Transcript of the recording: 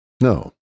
no